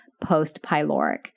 post-pyloric